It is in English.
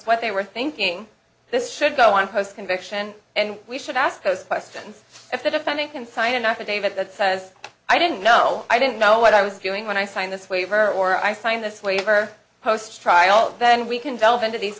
what they were thinking this should go on post conviction and we should ask those questions if the defendant can sign an affidavit that says i didn't know i didn't know what i was doing when i signed this waiver or i sign this waiver post trial then we can delve into these